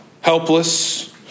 Helpless